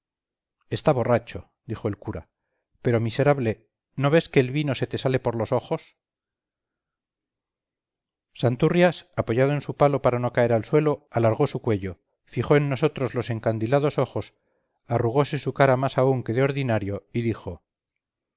está borracho dijo el cura pero miserable no ves que el vino se te sale por los ojos santurrias apoyado en su palo para no caer al suelo alargó su cuello fijó en nosotros los encandilados ojos arrugose su cara más aún que de ordinario y dijo